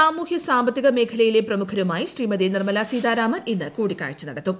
സാമൂഹ്യ സാമ്പത്തിക മേഖലയിലെ പ്രമുഖരുമായി ശ്രീമതി നിർമല സീതാരാമൻ ഇന്ന് കൂടിക്കാഴ്ച നടത്തും